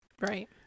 Right